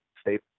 State